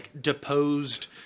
deposed